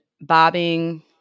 bobbing